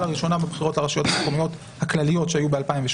לראשונה בבחירות לרשויות המקומיות הכלליות שהיו ב-2018.